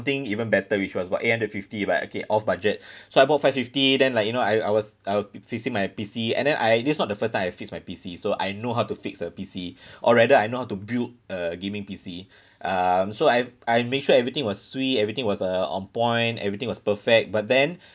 even better which was about eight hundred fifty but okay off budget so I bought five fifty then like you know I I was I was fixing my P_C and then I this is not the first time I fix my P_C so I know how to fix a P_C or rather I know how to build a gaming P_C um so I I make sure everything was sui everything was uh on point everything was perfect but then